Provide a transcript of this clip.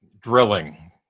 drilling